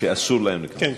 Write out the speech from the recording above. שאסור להן להיכנס?